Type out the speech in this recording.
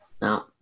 No